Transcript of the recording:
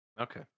Okay